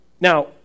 Now